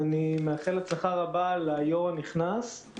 אני מאחל הצלחה רבה ליושב-ראש הנכנס.